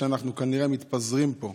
שאנחנו כנראה מתפזרים בו,